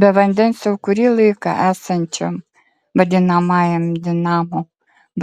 be vandens jau kurį laiką esančiam vadinamajam dinamo